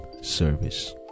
service